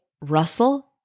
Russell